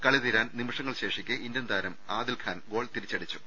കളി തീരാൻ നിമിഷങ്ങൾ ശേഷിക്കേ ഇന്ത്യൻതാരം ആദിൽഖാൻ ഗോൾ തിരിച്ചടിച്ചു